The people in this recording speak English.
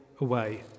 away